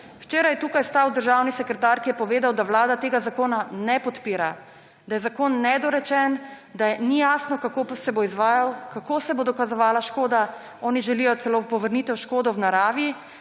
Včeraj je tukaj stal državni sekretar, ki je povedal, da vlada tega zakona ne podpira, da je zakon nedorečen, da ni jasno, kako se bo izvajal, kako se bo dokazovala škoda. Oni želijo celo povrnitev škode v naravi,